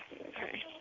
Okay